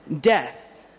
death